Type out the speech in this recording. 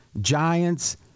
Giants